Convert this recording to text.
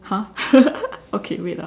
!huh! okay wait ah